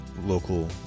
local